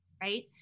right